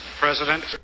President